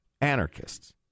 anarchists